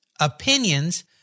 opinions